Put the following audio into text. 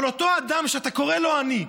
אבל אותו אדם שאתה קורה לו "עני",